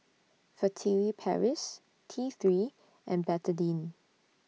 Furtere Paris T three and Betadine